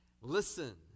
listen